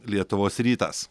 lietuvos rytas